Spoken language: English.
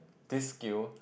this skill